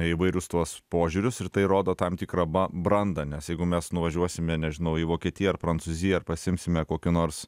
įvairius tuos požiūrius ir tai rodo tam tikrą brandą nes jeigu mes nuvažiuosime nežinau į vokietiją ar prancūziją ir pasiimsime kokią nors